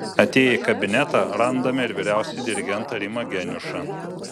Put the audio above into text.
atėję į kabinetą randame ir vyriausiąjį dirigentą rimą geniušą